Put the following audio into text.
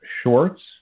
shorts